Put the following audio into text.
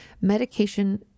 medication